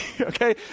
okay